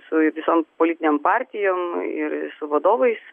su visom politinėm partijom ir su vadovais